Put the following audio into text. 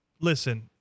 listen